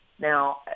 Now